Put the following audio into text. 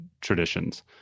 traditions